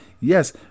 Yes